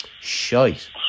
Shite